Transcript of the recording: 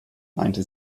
meinte